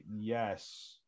yes